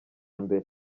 mbere